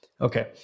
Okay